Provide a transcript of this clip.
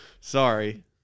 Sorry